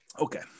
okay